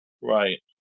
Right